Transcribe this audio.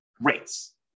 rates